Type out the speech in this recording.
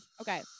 Okay